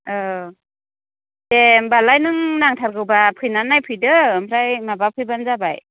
औ दे होमबालाय नों नांथारगौबा फैनानै नायफैदो ओमफ्राय माबाफैबानो जाबाय